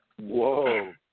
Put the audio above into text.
Whoa